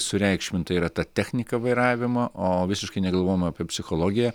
sureikšminta yra ta technika vairavimo o visiškai negalvojama apie psichologiją